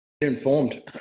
informed